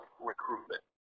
recruitment